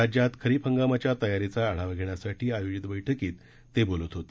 राज्यात खरीप हंगामाच्या तयारीचा आढावा धेण्यासाठी आयोजित बैठकीत ते बोलत होते